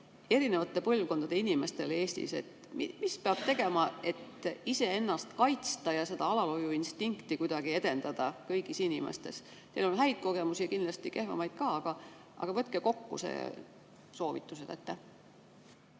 eri põlvkondade inimestele Eestis, mida peab tegema, et iseennast kaitsta ja seda alalhoiuinstinkti kuidagi kõigis inimestes edendada? Teil on häid kogemusi, kindlasti kehvemaid ka, aga võtke kokku need soovitused.